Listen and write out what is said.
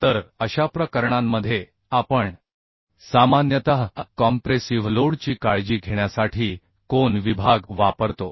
तर अशा प्रकरणांमध्ये आपण सामान्यतः कॉम्प्रेसिव्ह लोडची काळजी घेण्यासाठी कोन विभाग वापरतो